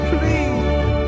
Please